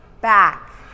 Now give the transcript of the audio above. back